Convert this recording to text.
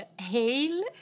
hail